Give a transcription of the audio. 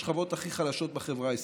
בשכבות הכי חלשות בחברה הישראלית.